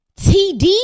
TD